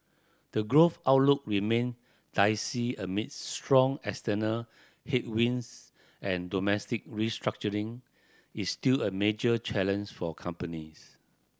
the growth outlook remain dicey amid strong external headwinds and domestic restructuring is still a major for companies